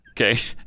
Okay